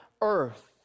earth